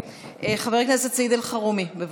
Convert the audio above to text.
חבר הכנסת סעיד אלחרומי, בבקשה.